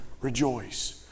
rejoice